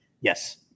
Yes